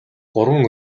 гурван